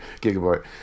gigabyte